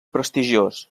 prestigiós